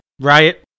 riot